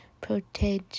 Protege